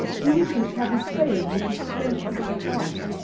you english have a saying which is close to my heart,